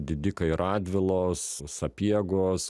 didikai radvilos sapiegos